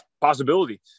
possibility